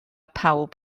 pawb